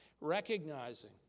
recognizing